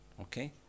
Okay